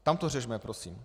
Tam to řešme, prosím!